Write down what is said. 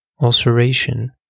Ulceration